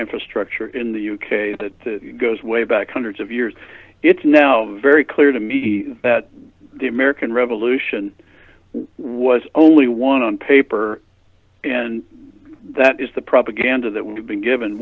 infrastructure in the u k that goes way back hundreds of years it's now very clear to me that the american revolution was only won on paper and that is the propaganda that we've been given